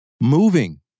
Moving